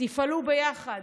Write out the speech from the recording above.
תפעלו ביחד.